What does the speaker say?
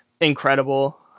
incredible